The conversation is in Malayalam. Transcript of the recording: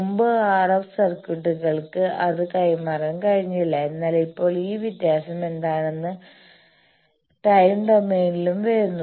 മുമ്പ് RF സർക്യൂട്ടുകൾക്ക് അത് കൈമാറാൻ കഴിഞ്ഞില്ല എന്നാൽ ഇപ്പോൾ ഈ വ്യത്യാസം എന്താണെന്ന് ടൈം ഡൊമെയ്നിലും വരുന്നു